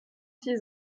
six